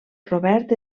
robert